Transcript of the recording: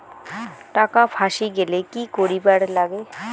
টাকা ফাঁসি গেলে কি করিবার লাগে?